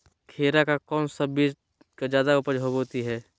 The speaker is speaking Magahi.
खीरा का कौन सी बीज का जयादा उपज होती है?